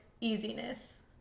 easiness